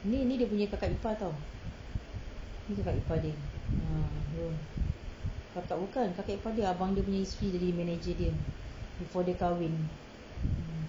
ni ni dia punya kakak ipar [tau] ni kakak ipar dia ah kakak bukan kakak ipar dia abang dia punya isteri jadi manager dia before dia kahwin